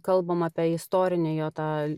kalbama apie istorinį jo tą